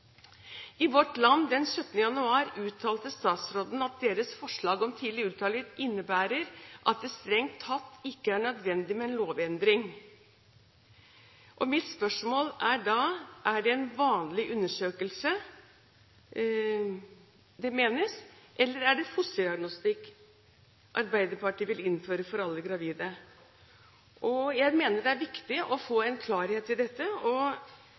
I Vårt Land den 17. januar uttalte statsråden at deres forslag om tidlig ultralyd innebærer at det strengt tatt ikke er nødvendig med en lovendring. Mitt spørsmål er da: Er det en vanlig undersøkelse det menes, eller er det fosterdiagnostikk Arbeiderpartiet vil innføre for alle gravide? Jeg mener det er viktig å få en klarhet i dette.